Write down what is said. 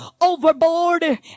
overboard